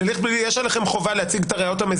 הושג במישרין או בעקיפין כשכר עבירה לפי סעיף זה,